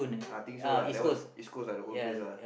uh I think so lah that one East-Coast lah the old place lah